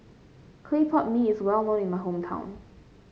Clay Pot Mee is well known in my hometown